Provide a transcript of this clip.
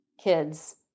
kids